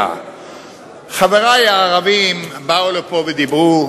חברי הערבים באו לפה ודיברו